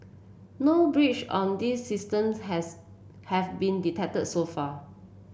no breach on these systems has have been detected so far